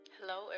Hello